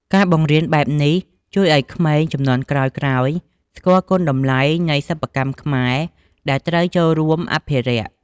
ការបង្រៀនបែបនេះជួយធ្វើឲ្យក្មេងជំនាន់ក្រោយៗ ស្គាល់គុណតម្លៃនៃសិប្បកម្មខ្មែរ ដែលត្រូវចូលរួមអភិរក្ស ។